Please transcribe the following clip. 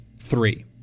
three